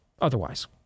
otherwise